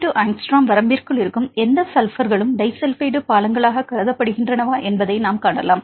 2 angstrom வரம்பிற்குள் இருக்கும் எந்த சல்பர்களும் டைஸல்பைடு பாலங்களாகக் கருதப்படுகின்றனவா என்பதை நாம் காணலாம்